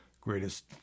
Greatest